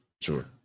Sure